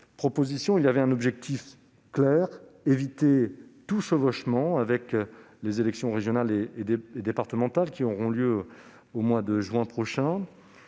proposition avait un objectif clair : éviter tout chevauchement avec les élections régionales et départementales qui auront lieu au mois de juin prochain.